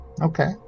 okay